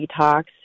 detox